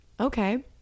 okay